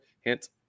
hint